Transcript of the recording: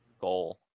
goal